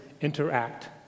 interact